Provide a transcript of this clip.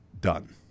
done